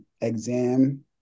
exam